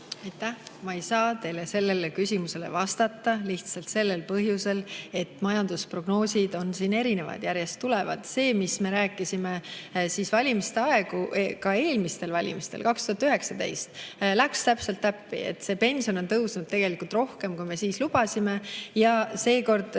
Ma ei saa teile sellele küsimusele vastata lihtsalt sellel põhjusel, et majandusprognoosid on erinevad, järjest tulevad. See, mis me rääkisime valimiste aegu ka eelmistel valimistel 2019, läks täpselt täppi. Pension on tegelikult tõusnud rohkem, kui me siis lubasime. Seekord,